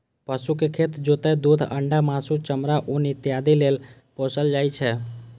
पशु कें खेत जोतय, दूध, अंडा, मासु, चमड़ा, ऊन इत्यादि लेल पोसल जाइ छै